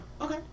Okay